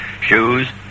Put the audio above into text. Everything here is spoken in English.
shoes